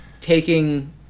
taking